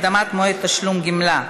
הקדמת מועד תשלום גמלה),